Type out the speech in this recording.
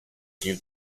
give